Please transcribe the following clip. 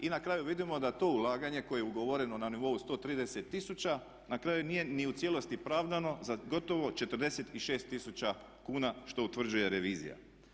I na kraju vidimo da to ulaganje koje je ugovoreno na nivou 130 tisuća na kraju nije ni u cijelosti pravdano za gotovo 46 tisuća kuna što utvrđuje revizija.